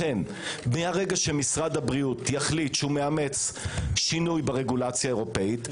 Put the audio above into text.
לכן מרגע שמשרד הבריאות יחליט שהוא מאמץ שינוי ברגולציה האירופאית,